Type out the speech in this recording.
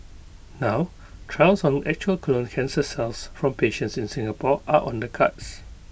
now trials on actual colon cancer cells from patients in Singapore are on the cards